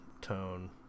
tone